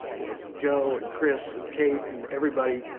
you know, joe and chris and kate and everybody,